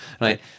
right